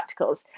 practicals